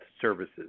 Services